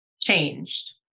changed